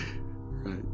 right